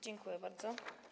Dziękuję bardzo.